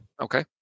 Okay